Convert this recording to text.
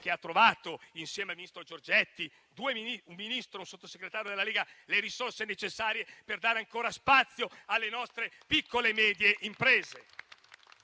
che ha trovato, insieme al ministro Giorgetti (un Ministro e un Sottosegretario della Lega), le risorse necessarie per dare ancora spazio alle nostre piccole e medie imprese.